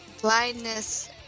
blindness